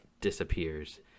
disappears